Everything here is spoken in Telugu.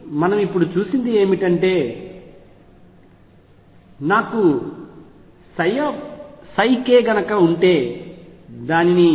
కాబట్టి మనం ఇప్పుడే చూసినది ఏమిటంటే నాకు k ఉంటే దానిని